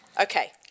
Okay